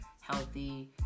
healthy